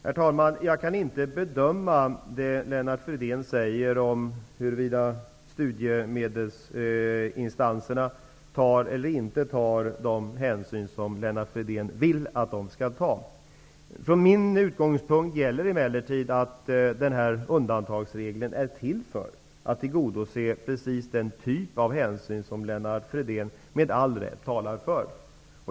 Herr talman! Jag kan inte bedöma om studiemedelsinstanserna tar den hänsyn som Lennart Fridén vill att de skall ta. Jag anser emellertid att undantagsregeln är till för att tillgodose den typ av hänsyn som Lennart Fridén med all rätt talar för.